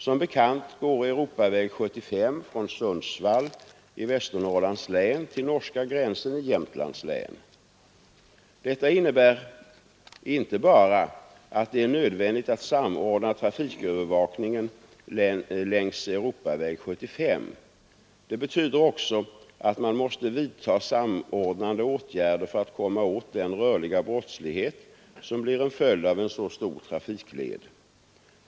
Som bekant går E 75 från Sundsvall i Västernorrlands län till norska gränsen i Jämtlands län. Detta innebär inte bara att det är nödvändigt att samordna trafikövervakningen längs E 75. Det betyder också att man måste vidta samordnande åtgärder för att komma åt den rörliga brottslighet som blir en följd av en så stor trafikled.